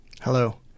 Hello